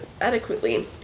adequately